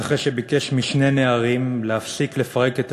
אחרי שביקש משני נערים להפסיק לפרק את